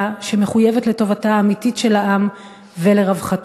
שמחויבת לטובתו האמיתית של העם ולרווחתו.